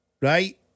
right